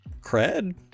cred